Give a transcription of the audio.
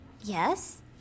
Yes